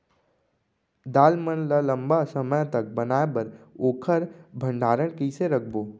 दाल मन ल लम्बा समय तक बनाये बर ओखर भण्डारण कइसे रखबो?